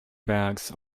bags